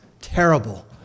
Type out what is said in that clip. terrible